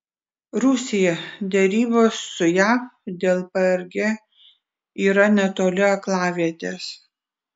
rusija derybos su jav dėl prg yra netoli aklavietės